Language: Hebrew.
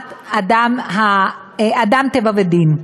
"אדם, טבע ודין".